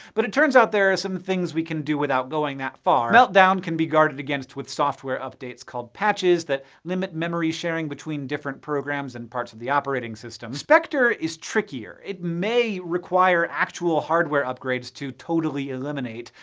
but it turns out there are some things we can do without going that far. meltdown can be guarded against with software updates, called patches, that limit memory-sharing between different programs and parts of the operating system. spectre is trickier. it may require actual hardware upgrades to totally eliminate,